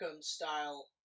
style